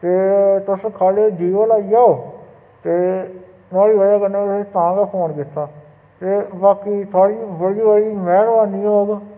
ते तुस ख'ल्ल जीवल आई जाओ ते नुआढ़ी बजह कन्नै तुहेंगी तां गै फोन कीता ते बाकी थुआढ़ी बड़ी बड़ी मेह्रबानी होग